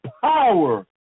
power